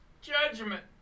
judgment